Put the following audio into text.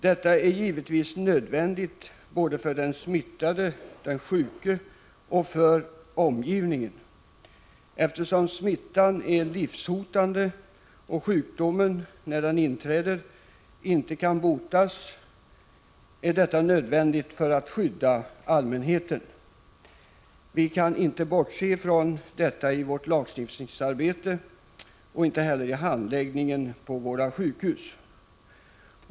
Detta är nödvändigt både för den smittade, den sjuke, och för omgivningen. Eftersom smittan är livshotande och sjukdomen, när den inträder, inte kan botas, måste allmänheten skyddas. Vi kan inte bortse från detta i vårt lagstiftningsarbete, och sjukvårdspersonalen kan inte bortse från det i handläggningen på våra sjukhus.